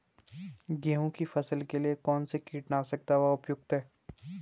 गेहूँ की फसल के लिए कौन सी कीटनाशक दवा उपयुक्त होगी?